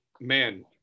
Man